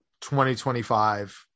2025